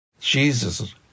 Jesus